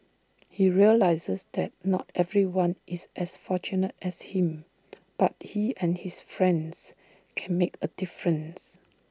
he realises that not everyone is as fortunate as him but he and his friends can make A difference